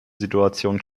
situation